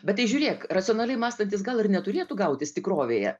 bet tai žiūrėk racionaliai mąstantis gal ir neturėtų gautis tikrovėje